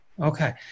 Okay